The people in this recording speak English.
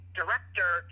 director